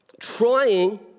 trying